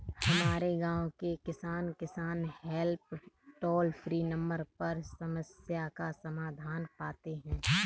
हमारे गांव के किसान, किसान हेल्प टोल फ्री नंबर पर समस्या का समाधान पाते हैं